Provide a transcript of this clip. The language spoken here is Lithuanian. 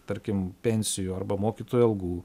tarkim pensijų arba mokytojų algų